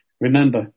Remember